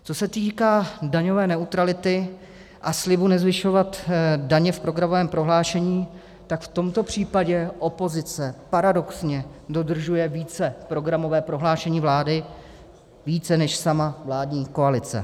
Co se týká daňové neutrality a slibu nezvyšovat daně v programovém prohlášení, tak v tomto případě opozice paradoxně dodržuje programové prohlášení vlády více než sama vládní koalice.